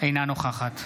אינה נוכחת